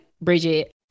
Bridget